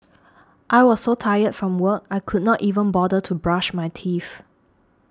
I was so tired from work I could not even bother to brush my teeth